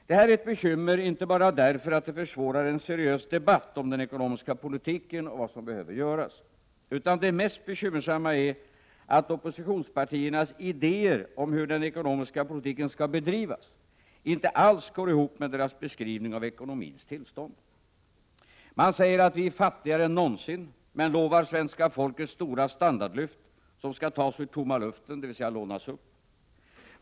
Det här är ett bekymmer inte bara därför att det försvårar en seriös debatt om den ekonomiska politiken och om vad som behöver göras, utan det mest bekymmersamma är att oppositionspartiernas idéer om hur den ekonomiska politiken skall bedrivas inte alls går ihop med deras beskrivning av ekonomins tillstånd. Man säger att vi är fattigare än någonsin — men lovar svenska folket stora standardlyft, som skall tas ur tomma luften, dvs. lånas upp.